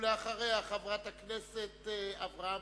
ואחריה, חברת הכנסת אברהם-בלילא.